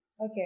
Okay